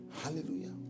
Hallelujah